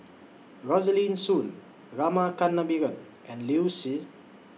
Rosaline Soon Rama Kannabiran and Liu Si